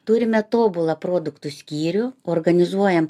turime tobulą produktų skyrių organizuojam